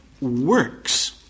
works